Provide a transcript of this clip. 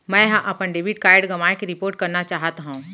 मै हा अपन डेबिट कार्ड गवाएं के रिपोर्ट करना चाहत हव